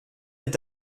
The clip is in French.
est